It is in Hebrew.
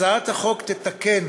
הצעת החוק תתקן